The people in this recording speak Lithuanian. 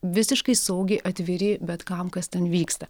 visiškai saugiai atviri bet kam kas ten vyksta